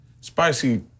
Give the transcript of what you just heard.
spicy